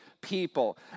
people